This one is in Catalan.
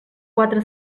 quatre